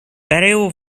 pereu